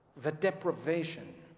the depravation,